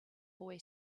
boy